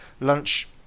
Lunch